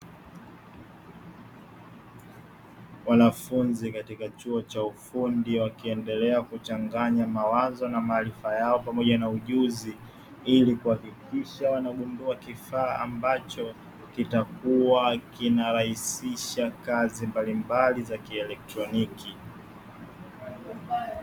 Wanafunzi katika chuo cha ufundi wakiendelea kuchanganya mawazo na maarifa yao pamoja na ujuzi, ili kuhakikisha wanagundua kifaa ambacho kitakuwa kinarahisisha kazi mbalimbali za kielektroniki.